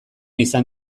izan